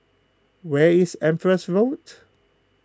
where is Empress Road